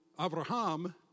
Abraham